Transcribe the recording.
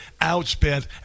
outspent